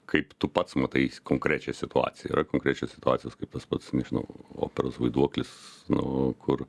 kaip tu pats matai konkrečią situaciją yra konkrečios situacijos kaip tas pats nežinau operos vaiduoklis nu kur